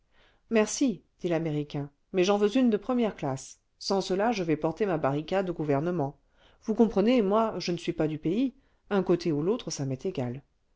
merci dit l'américain mais j'en veux une de première classe sans cela je vais porter ma barricade au gouvernement vous comprenez moi je ne suis pas du pays un côté ou l'autre ça m'est égal